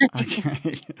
Okay